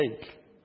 take